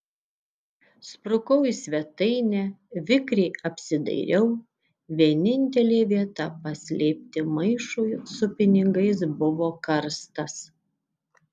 sprukau į svetainę vikriai apsidairiau vienintelė vieta paslėpti maišui su pinigais buvo karstas